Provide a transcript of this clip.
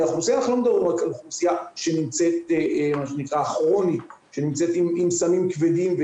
אנחנו לא מדברים רק על אוכלוסייה כרונית עם סמים כבדים.